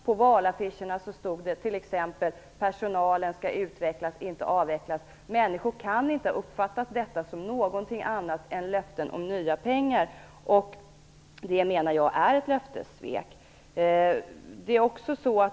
På valaffischerna stod det t.ex.: Personalen skall utvecklas, inte avvecklas. Människor kan inte ha uppfattat detta som någonting annat än löften om nya pengar. Jag menar att detta är ett löftessvek.